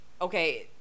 okay